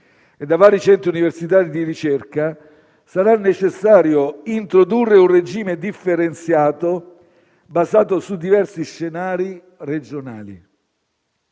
e da vari centri universitari di ricerca, sarà necessario introdurre un regime differenziato basato su diversi scenari regionali.